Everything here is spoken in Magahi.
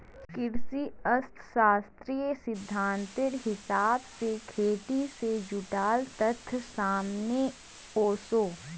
कृषि अर्थ्शाश्त्रेर सिद्धांतेर हिसाब से खेटी से जुडाल तथ्य सामने वोसो